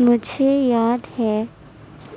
مجھے یاد ہے